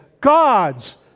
God's